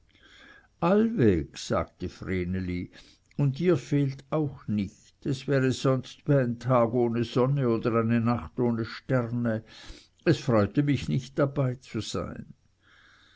allweg sagte vreneli und ihr fehlt auch nicht es wäre sonst wie ein tag ohne sonne oder eine nacht ohne sterne es freute mich nicht dabeizusein